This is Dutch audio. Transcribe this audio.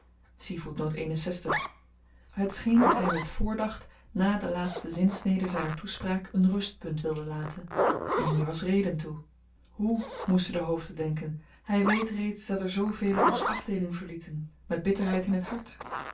het scheen dat hy met voordacht na de laatste zinsnede zyner toespraak een rustpunt wilde laten en hier was reden toe hoe moesten de hoofden denken hy weet reeds dat er zoovelen onze afdeeling verlieten met bitterheid in t hart